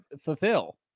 fulfill